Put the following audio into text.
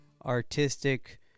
Artistic